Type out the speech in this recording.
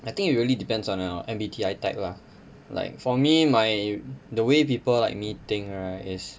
I think it really depends on your M_B_T_I type lah like for me my the way people like me think right is